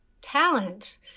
talent